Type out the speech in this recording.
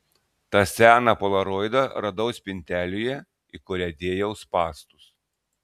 tą seną polaroidą radau spintelėje į kurią dėjau spąstus